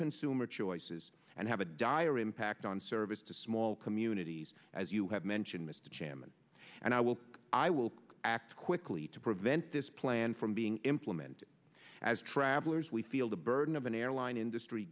consumer choices and have a dire impact on sir as to small communities as you have mentioned mr chairman and i will i will act quickly to prevent this plan from being implemented as travelers we feel the burden of an airline industry